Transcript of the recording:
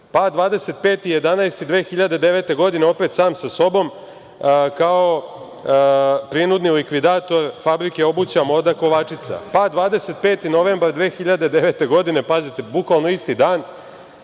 pa 25.11.2009. godine, opet sam sa sobom kao prinudni likvidator Fabrike obuće „Moda Kovačica“, pa 25. novembar 2009. godine, pazite, bukvalno isti dan,